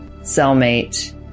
cellmate